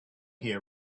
here